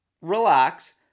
Relax